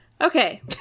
Okay